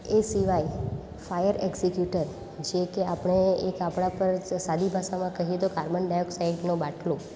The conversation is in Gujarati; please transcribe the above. એ સિવાય ફાયર એગઝીક્યુટર જે કે આપણે એક આપણાં પર સાદી ભાષામાં કહીએ તો કાર્બન ડાયૉક્સાઈડનો બાટલો